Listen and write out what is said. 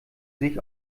sich